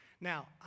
Now